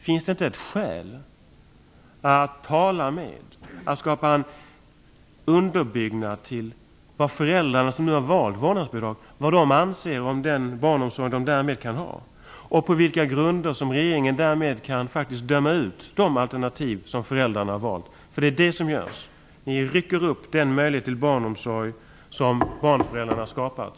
Finns det inte skäl att tala med de föräldrar som nu har valt vårdnadsbidrag och fråga vad de anser om den barnomsorg de har? På vilka grunder kan regeringen döma ut de alternativ som föräldrarna har valt? Det är vad som sker. Ni rycker upp den möjlighet till barnomsorg som föräldrarna skapat.